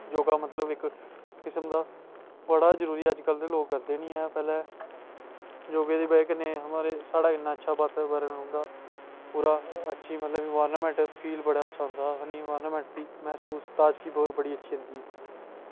योगा मतलब इक्क किस्म दा बड़ा जरूरी ऐ अजकल दे लोग करदे निं हैन पैह्लें योगा दी बजह कन्नै म्हाराज साढ़े इन्ना अच्छा वातावरण रौहंदा पूरा अच्छी मतलब इन्वायरानमैंट फील दी महसूस ताज़गी बहुत अच्छी औंदी